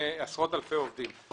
עשרות אלפי עובדים.